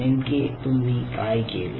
नेमके तुम्ही काय केले